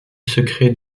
secret